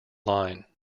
line